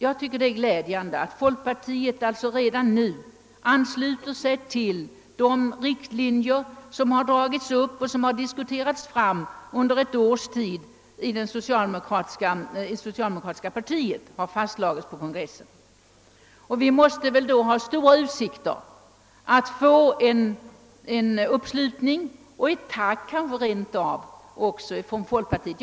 Jag tycker det är glädjande att folkpartiet redan nu ansluter sig till de riktlinjer som har dragits upp och diskuterats fram under ett års tid i det socialdemokratiska partiet och fastslagits på kongressen. Vi måste väl då ha stora utsikter att få en uppslutning och kanske rent av ett tack från folkpartiet.